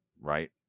right